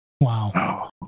Wow